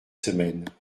semaine